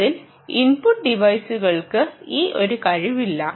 അതിൽ ഇൻപുട്ട് ടിവൈസുകൾക്ക് ഈ ഒരു കഴിവില്ല